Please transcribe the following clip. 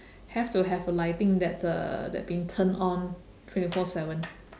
have to have a lighting that uh that being turned on twenty four seven